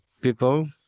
people